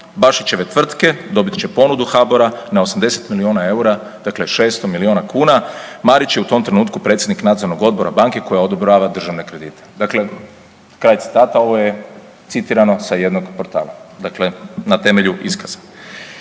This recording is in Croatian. Bašićeve tvrtke dobit će ponudu HBOR-a na 80 milijuna eura, dakle 600 milijuna kuna. Marić je u tom trenutku predsjednik nadzornog odbora banke koja odobrava državne kredite. Dakle, kraj citata, ovo je citirano sa jednog portala, dakle na temelju iskaza.